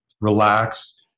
relax